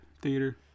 theater